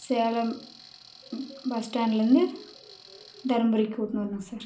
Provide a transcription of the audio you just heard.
சேலம் பஸ்ஸ்டாண்ட்லேருந்து தருமபுரிக்கு கூட்டுனு வரணும் சார்